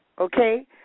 okay